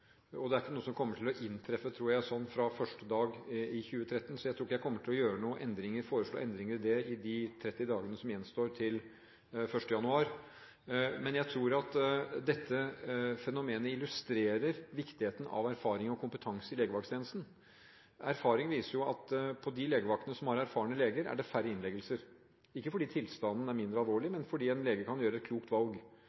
står og faller ikke på akkurat dette. Det er ikke noe som kommer til å inntreffe, tror jeg, fra første dag i 2013, så jeg tror ikke jeg kommer til å foreslå endringer i de 30 dagene som gjenstår til 1. januar. Jeg tror at dette fenomenet illustrerer viktigheten av erfaring og kompetanse i legevakttjenesten. Erfaringen viser at ved de legevaktene som har erfarne leger, er det færre innleggelser, ikke fordi tilstanden er mindre alvorlig,